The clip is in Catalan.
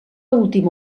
última